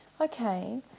Okay